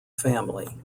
family